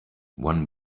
one